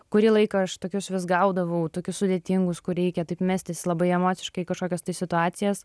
kurį laiką aš tokius vis gaudavau tokius sudėtingus kur reikia taip mestis labai emociškai į kažkokias tai situacijas